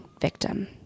victim